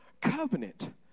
covenant